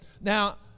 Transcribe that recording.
Now